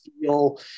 feel